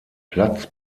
platz